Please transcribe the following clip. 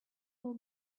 will